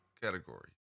category